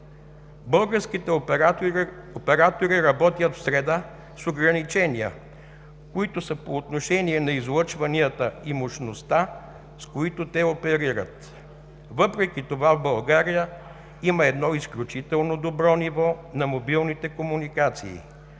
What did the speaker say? Българските оператори работят в среда с ограничения, които са по отношение на излъчванията и мощностите, с които те оперират. Въпреки това, в България има едно изключително добро ниво на мобилните комуникации,